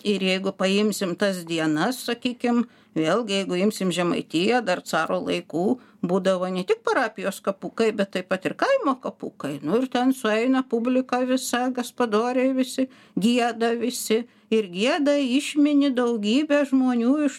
ir jeigu paimsim tas dienas sakykim vėlgi jeigu imsim žemaitiją dar caro laikų būdavo ne tik parapijos kapų kaip bet taip pat ir kaimo kapukai nu ir ten sueina publika visa kaspadoriai visi gieda visi ir gieda išmini daugybę žmonių iš